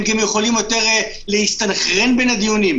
הם גם יכולים יותר להסתנכרן בין הדיונים,